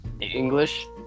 English